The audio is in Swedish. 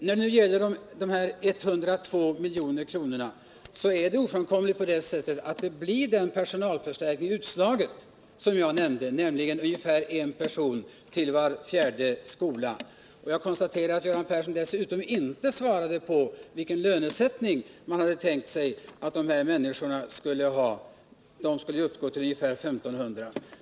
När det gäller de 102 miljonerna är det ofrånkomligen så att det utslaget blir den personalförstärkning som jag nämnde, nämligen ungefär en person till var fjärde skola. Jag konstaterar att Göran Persson inte svarade på vilka löner man hade tänkt sig att de här människorna skulle ha. De skulle ju uppgå till ungefär 1 500.